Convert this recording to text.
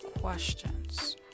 questions